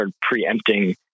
preempting